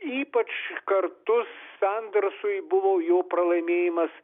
ypač kartus sandersui buvo jo pralaimėjimas